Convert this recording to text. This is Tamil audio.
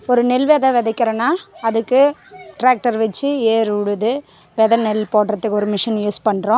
ஒரு நெல் விதை விதைக்கிறோன்னா அதுக்கு ட்ராக்டர் வச்சி ஏர் உழுது விதை நெல் போட்டுறதுக்கு ஒரு மிஷின் யூஸ் பண்ணுறோம்